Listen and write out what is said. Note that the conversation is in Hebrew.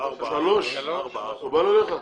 שלוש שנים זה בסדר?